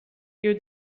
you